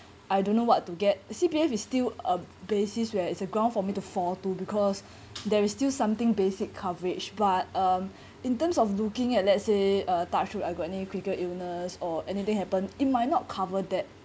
I don't know what to get C_P_F is still a basis where it's a ground for me to fall to because there is still something basic coverage but um in terms of looking at let's say uh touch wood I've got any critical illness or anything happen it might not cover that